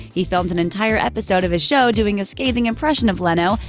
he filmed an entire episode of his show doing a scathing impression of leno,